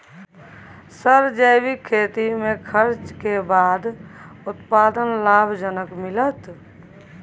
Sir जैविक खेती में खर्च के बाद उत्पादन लाभ जनक मिलत?